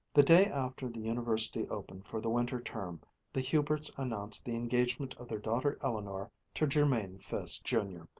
the day after the university opened for the winter term the huberts announced the engagement of their daughter eleanor to jermain fiske, jr,